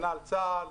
כנ"ל צה"ל.